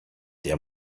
der